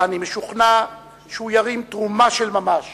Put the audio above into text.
ואני משוכנע שהוא ירים תרומה של ממש